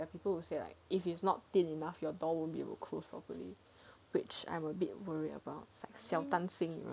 the people who say like if it's not thin enough your door won't be will close properly which I'm a bit worried about 小担心